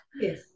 Yes